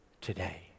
today